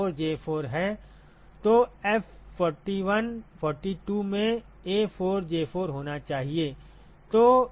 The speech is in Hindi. तो F4142 में A4J4 होना चाहिए